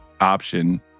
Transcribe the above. option